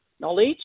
knowledge